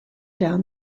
down